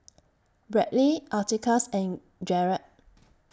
Bradly Atticus and Gerald